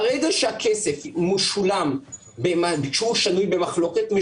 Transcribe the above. ברגע שהכסף משולם כשהוא שנוי במחלוקת,